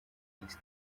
minsi